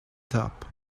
top